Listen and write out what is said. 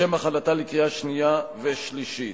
לשם הכנתה לקריאה שנייה ולקריאה שלישית.